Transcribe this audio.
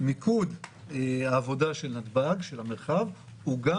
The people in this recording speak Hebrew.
מיקוד העבודה של נתב"ג של המרחב,